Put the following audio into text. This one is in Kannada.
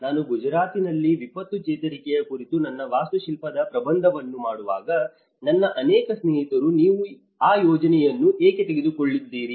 ನಾನು ಗುಜರಾತ್ನಲ್ಲಿ ವಿಪತ್ತು ಚೇತರಿಕೆಯ ಕುರಿತು ನನ್ನ ವಾಸ್ತುಶಿಲ್ಪದ ಪ್ರಬಂಧವನ್ನು ಮಾಡುವಾಗ ನನ್ನ ಅನೇಕ ಸ್ನೇಹಿತರು ನೀವು ಆ ಯೋಜನೆಯನ್ನು ಏಕೆ ತೆಗೆದುಕೊಳ್ಳುತ್ತಿದ್ದೀರಿ